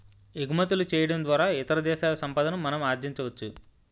ఎగుమతులు చేయడం ద్వారా ఇతర దేశాల సంపాదన మనం ఆర్జించవచ్చు